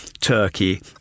Turkey